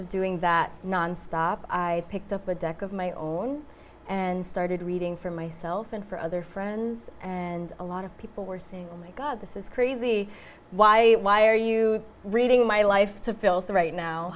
of doing that nonstop i picked up a deck of my own and started reading for myself and for other friends and a lot of people were saying oh my god this is crazy why why are you reading my life to filth right now